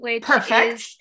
Perfect